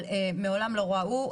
אבל מעולם לא ראו.